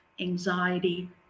anxiety